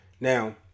Now